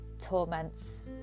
torments